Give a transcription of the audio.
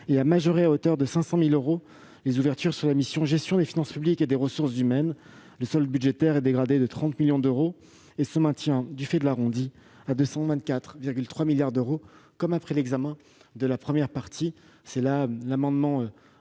et à majorer à hauteur de 500 000 euros les ouvertures sur la mission « Gestion des finances publiques et des ressources humaines ». Par conséquent, le solde budgétaire est dégradé de 30 millions d'euros et se maintient, du fait de l'arrondi, à 224,3 milliards d'euros, comme après l'examen de la première partie. Tel est l'amendement